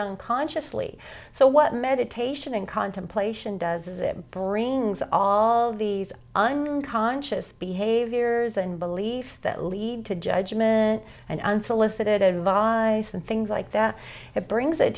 unconsciously so what meditation and contemplation does is it brings all these unconscious behaviors and beliefs that lead to judgment and unsolicited advice and things like that it brings it